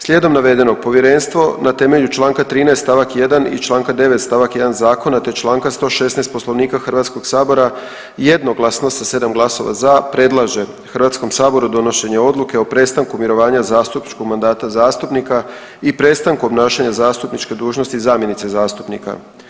Slijedom navedenog povjerenstvo na temelju Članka 13. stavak 1. i Članka 9. stavak 1. zakona te Članka 116. poslovnika Hrvatskog sabora jednoglasno sa 7 glasova za predlaže Hrvatskom saboru donošenje odluke o prestanku mirovanja zastupničkog mandata zastupnika i prestanku obnašanje zastupničke dužnosti zamjenice zastupnika.